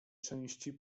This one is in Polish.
części